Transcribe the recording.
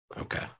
Okay